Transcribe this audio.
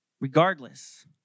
Regardless